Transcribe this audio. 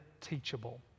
teachable